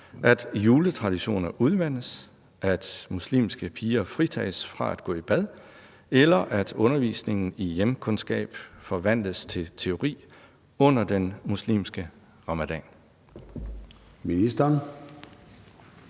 at juletraditioner udvandes, at muslimske piger fritages fra at gå i bad, eller at undervisningen i hjemkundskab forvandles til teori under den muslimske ramadan? Kl.